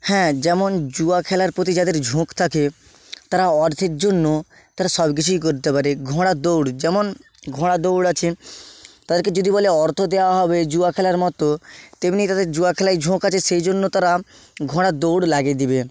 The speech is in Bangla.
হ্যাঁ যেমন জুয়া খেলার প্রতি যাদের ঝোঁক থাকে তারা অর্থের জন্য তারা সব কিছুই করতে পারে ঘোড়া দৌড় যেমন ঘোড়া দৌড় আছে তাদেরকে যদি বলে অর্থ দেওয়া হবে জুয়া খেলার মতো তেমনি তাদের জুয়া খেলায় ঝোঁক আছে সেই জন্য তারা ঘোড়া দৌড় লাগিয়ে দেবে